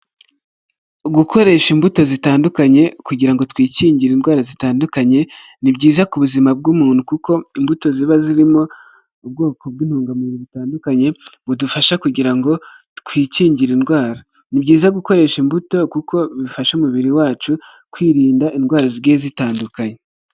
Gukoresha imbuto zitandukanye kugira ngo twikingire indwara zitandukanye, ni byiza ku buzima bw'umuntu kuko imbuto ziba zirimo, ubwoko bw'inintungamubiri butandukanye, budufasha kugira ngo twikingire indwara, ni byiza gukoresha imbuto kuko bifasha umubiri wacu kwirinda indwara zigiye zitandukanye.